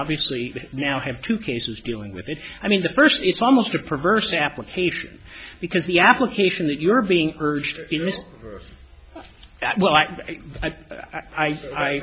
obviously now have two cases dealing with it i mean the first it's almost a perverse application because the application that you're being